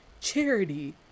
Charity